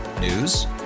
News